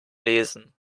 lesen